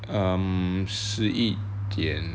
um 十一点